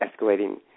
escalating